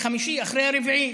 חמישי אחרי הרביעי.